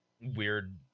weird